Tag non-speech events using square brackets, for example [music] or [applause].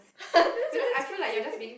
[laughs] that's very specific